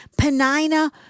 Penina